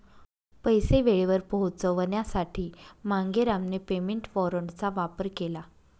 पैसे वेळेवर पोहोचवण्यासाठी मांगेरामने पेमेंट वॉरंटचा वापर केला